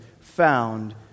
found